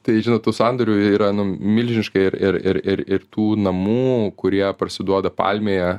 tai žinot tų sandorių jie yra nu milžiškai ir ir ir ir ir tų namų kurie parsiduoda palmėje